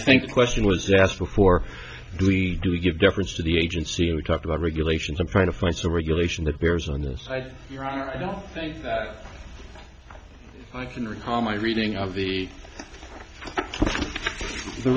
think the question was asked before do we give deference to the agency and we talked about regulations and trying to find some regulation that bears on this i think that i can recall my reading of the